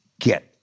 get